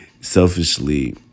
Selfishly